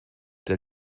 der